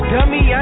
Dummy